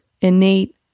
innate